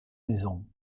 maisons